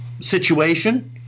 situation